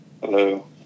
Hello